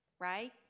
Right